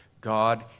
God